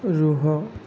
ରୁହ